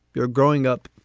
you're growing up,